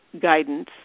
guidance